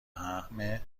همه